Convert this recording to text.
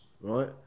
right